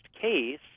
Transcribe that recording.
case